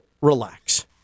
relax